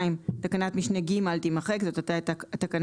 "תקנת משנה (ג) - תימחק;" זו אותה התקנה